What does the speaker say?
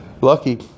lucky